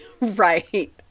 Right